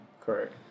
correct